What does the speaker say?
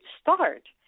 start